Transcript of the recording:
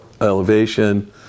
elevation